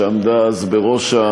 שעמדה אז בראש,